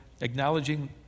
acknowledging